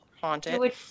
haunted